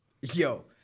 yo